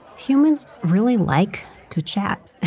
humans really like to chat.